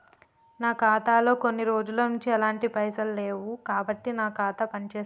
నా ఖాతా లో కొన్ని రోజుల నుంచి ఎలాంటి పైసలు లేవు కాబట్టి నా ఖాతా పని చేస్తుందా?